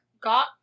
got